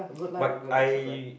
but I